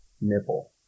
nipple